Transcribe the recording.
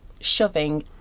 shoving